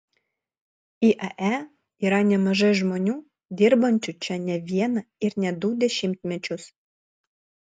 iae yra nemažai žmonių dirbančių čia ne vieną ir ne du dešimtmečius